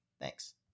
Thanks